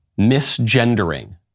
misgendering